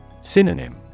Synonym